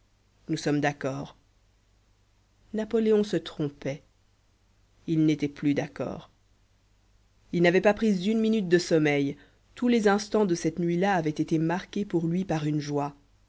nous sommes d'accord napoléon se trompait ils n'étaient plus d'accord il n'avait pas pris une minute de sommeil tous les instants de cette nuit-là avaient été marqués pour lui par une joie